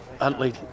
Huntley